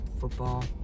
football